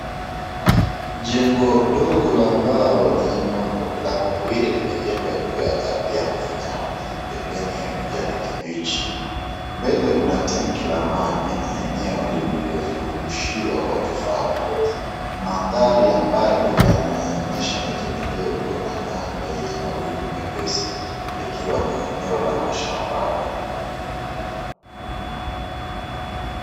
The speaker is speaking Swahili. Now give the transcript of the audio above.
Jengo dogo la mbao lenye milango miwili limejengwa juu ya ardhi ya mfinyanzi pembeni ya kijani kibichi. Mbele kuna tenki la maji na eneo lililozungushiwa kwa tofali. Mandhari ya mbali yanaonyesha miti midogo na anga yenye mawingu mepesi likiwa ni eneo la mashambani.